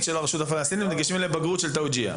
של הרשות הפלסטינית ומגישים לבגרות של תאוג'יהי.